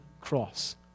cross